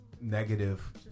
negative